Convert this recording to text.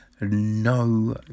no